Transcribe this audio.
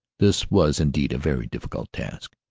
this was indeed a very difficult task,